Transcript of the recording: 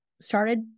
started